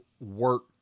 work